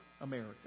America